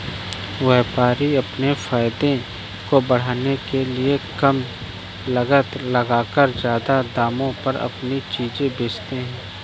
व्यापारी अपने फायदे को बढ़ाने के लिए कम लागत लगाकर ज्यादा दामों पर अपनी चीजें बेचते है